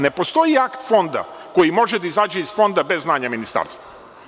Ne postoji akt Fonda koji može da izađe iz Fonda bez znanja Ministarstva.